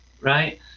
right